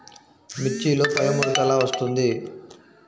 మిర్చిలో పైముడత ఎలా వస్తుంది?